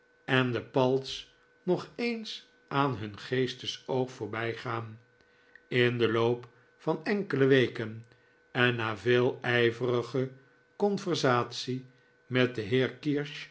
en de palts nog eens aan bun geestesoog voorbijgaan in den loop van enkele weken en na veel ijverige conversatie met den